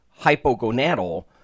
hypogonadal